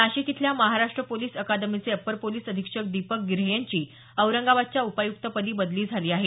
नाशिक इथल्या महाराष्ट्र पोलिस अकादमीचे अपर पोलिस अधीक्षक दीपक गिर्हे यांची औरंगाबादच्या उपायुक्तपदी बदली झाली आहे